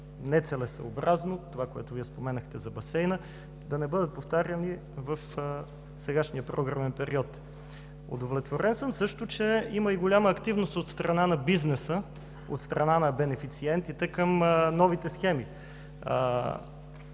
нецелесъобразно – това, което споменахте за басейна, да не бъдат повтаряни в сегашния програмен период. Удовлетворен съм също, че има голяма активност от страна на бизнеса, от страна на бенефициентите към новите схеми.